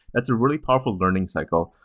that's a really powerful learning cycle,